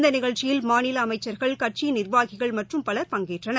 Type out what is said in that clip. இந்தநிகழ்ச்சியில் மாநிலஅமைச்சர்கள் கட்சியின் நிர்வாகிகள் மற்றும் பலர் பங்கேற்றனர்